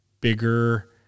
bigger